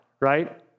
right